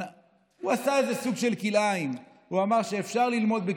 מה בית המשפט קבע?